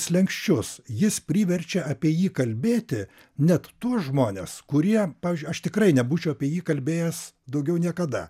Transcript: slenksčius jis priverčia apie jį kalbėti net tuos žmones kurie pavyzdžiui aš tikrai nebūčiau apie jį kalbėjęs daugiau niekada